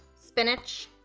spinach,